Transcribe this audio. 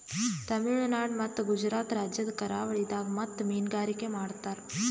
ತಮಿಳುನಾಡ್ ಮತ್ತ್ ಗುಜರಾತ್ ರಾಜ್ಯದ್ ಕರಾವಳಿದಾಗ್ ಮುತ್ತ್ ಮೀನ್ಗಾರಿಕೆ ಮಾಡ್ತರ್